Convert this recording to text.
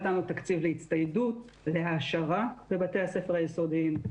נתנו תקציב להצטיידות ולהעשרה בבתי הספר היסודיים.